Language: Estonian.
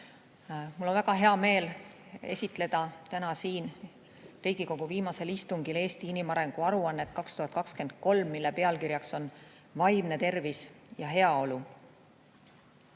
Mul on väga hea meel esitleda täna siin Riigikogu viimasel istungil "Eesti inimarengu aruannet 2023", mille pealkiri on "Vaimne tervis ja heaolu".